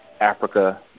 Africa